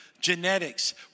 genetics